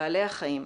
בעלי החיים.